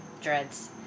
dreads